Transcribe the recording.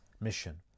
mission